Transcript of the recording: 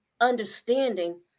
understanding